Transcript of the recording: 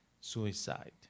suicide